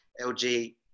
LG